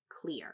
clear